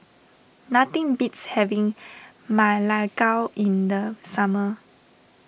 nothing beats having Ma Lai Gao in the summer